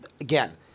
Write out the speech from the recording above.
again